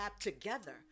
together